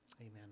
Amen